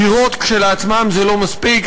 דירות כשלעצמן זה לא מספיק,